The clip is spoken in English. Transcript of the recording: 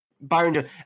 Byron